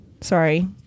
sorry